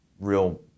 real